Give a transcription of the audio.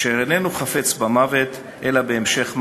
אשר איננו חפץ במוות אלא בהמשך מאבקו.